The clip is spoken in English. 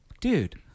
Dude